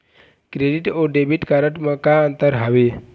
Credit अऊ debit card म का अंतर हावे?